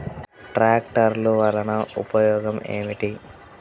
ట్రాక్టర్లు వల్లన ఉపయోగం ఏమిటీ?